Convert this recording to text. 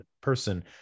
person